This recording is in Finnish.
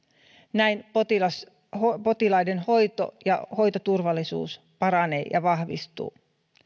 näin potilaiden potilaiden hoito ja hoitoturvallisuus paranee ja vahvistuu